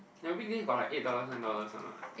ya weekdays got like eight dollars nine dollars [one] [what]